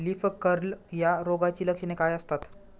Leaf curl या रोगाची लक्षणे काय असतात?